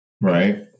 Right